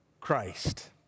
Christ